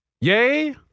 Yay